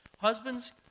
Husbands